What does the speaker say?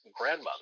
grandmother